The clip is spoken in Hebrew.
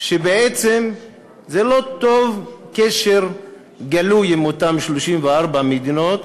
שבעצם זה לא טוב קשר גלוי עם אותן 34 מדינות.